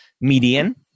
median